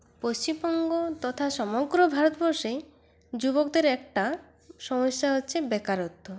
পশ্চিমবঙ্গ তথা সমগ্র ভারতবর্ষে যুবকদের একটা সমস্যা হচ্ছে বেকারত্ব